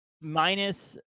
minus